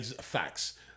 Facts